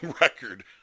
record